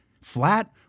flat